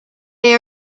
they